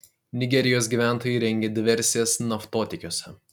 nigerijos gyventojai rengia diversijas naftotiekiuose